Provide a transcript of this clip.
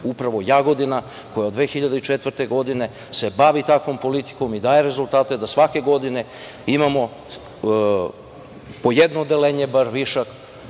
upravo Jagodina, koja se od 2004. godine bavi takvom politikom i daje rezultate, da svake godine imamo po jedno odeljenje bar više